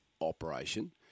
operation